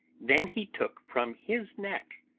then he took from his neck,